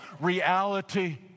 reality